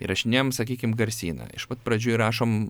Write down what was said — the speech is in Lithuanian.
įrašinėjam sakykim garsyną iš pat pradžių įrašom